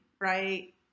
right